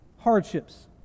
hardships